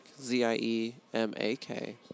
Z-I-E-M-A-K